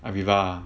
aviva ah